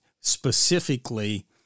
specifically